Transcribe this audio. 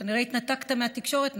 כנראה התנתקתם מהתקשורת,